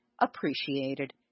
appreciated